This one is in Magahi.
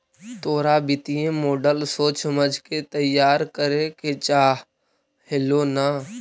तोरा वित्तीय मॉडल सोच समझ के तईयार करे के चाह हेलो न